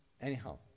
Anyhow